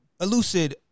Elucid